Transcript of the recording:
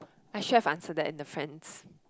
I should have answered that in the friends